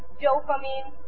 dopamine